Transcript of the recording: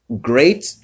great